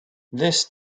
this